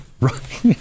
Right